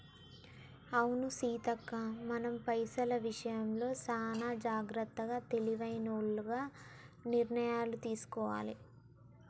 అవును సీతక్క మనం పైసల విషయంలో చానా జాగ్రత్తగా తెలివైనోల్లగ నిర్ణయాలు తీసుకోవాలి